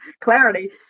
clarity